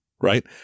Right